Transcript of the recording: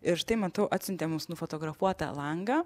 ir štai matau atsiuntė mums nufotografuotą langą